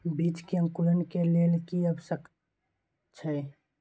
बीज के अंकुरण के लेल की आवश्यक छै?